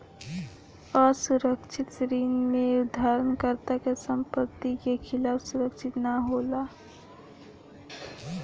असुरक्षित ऋण में उधारकर्ता के संपत्ति के खिलाफ सुरक्षित ना होला